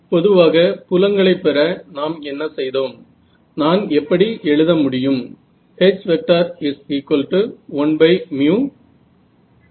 पूर्वी असं होतं की आपल्याला फक्त एक विषय माहिती असायचा आणि आपण तो एकच विषय वापरत होतो